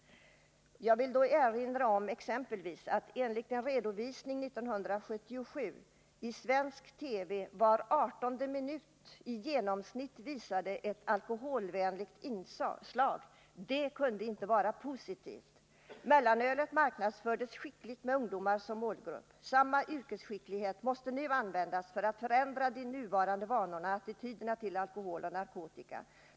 Jag vill då erinra om att svensk TV, enligt en redovisning år 1977, i genomsnitt var 18:e minut visade ett alkoholvänligt inslag. Det är inte positivt. Mellanölet marknadsfördes skickligt med ungdomarna som målgrupp. Samma yrkesskicklighet måste nu användas för att förändra de nuvarande erna till alkohol och narkotika.